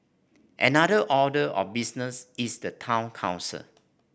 another order of business is the town council